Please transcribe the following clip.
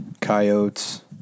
coyotes